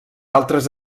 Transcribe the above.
altres